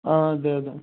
ആ അതെ അതെ